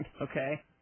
Okay